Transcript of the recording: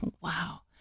wow